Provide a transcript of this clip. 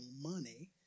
money